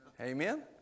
Amen